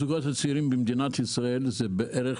הזוגות הצעירים במדינת ישראל זה בערך